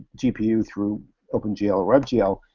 gpu through opengl or webgl.